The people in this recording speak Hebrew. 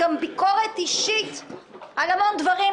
או שמא הוא באמת יוכל להקדיש יותר זמן לענייני המדינה,